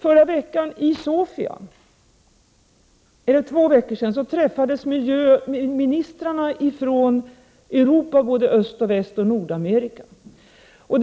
För två veckor sedan träffades miljöministrarna från Östoch Västeuropa och från Nordamerika i Sofia.